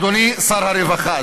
אדוני שר הרווחה,